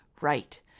right